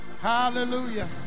Hallelujah